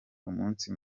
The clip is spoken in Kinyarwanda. umunsi